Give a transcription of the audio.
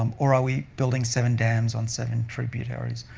um or are we building seven dams on seven tributaries?